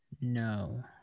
No